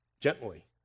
gently